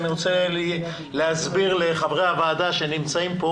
אני רוצה להסביר לחברי הוועדה שנמצאים פה